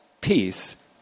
peace